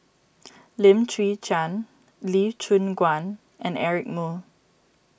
Lim Chwee Chian Lee Choon Guan and Eric Moo